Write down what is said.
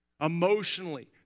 emotionally